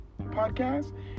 podcast